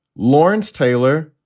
lawrence taylor.